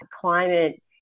Climate